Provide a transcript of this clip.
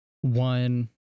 one